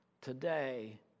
today